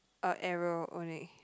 a arrow only